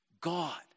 God